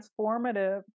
transformative